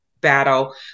battle